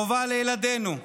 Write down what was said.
חובה לילדינו,